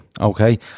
okay